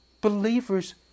Believers